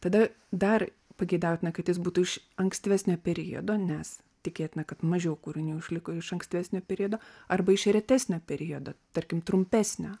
tada dar pageidautina kad jis būtų iš ankstyvesnio periodo nes tikėtina kad mažiau kūrinių išliko iš ankstesnio periodo arba iš retesnė periodo tarkim trumpesnio